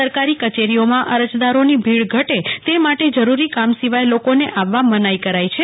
સરકારી કચેરીઓમાં અરજદારોની ભીડ ઘટે તે માટે જરૂરી કામ સિવાય લોકોને આવવા મનાઈ કરાઈ છે